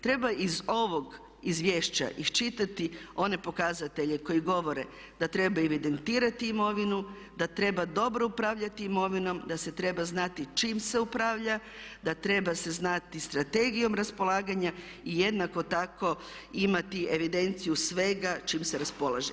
Treba iz ovog izvješća iščitati one pokazatelje koji govore da treba evidentirati imovinu, da treba dobro upravljati imovinom, da se treba znati čim se upravlja, da treba se znati strategijom raspolaganja i jednako tako imati evidenciju svega čim se raspolaže.